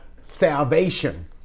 salvation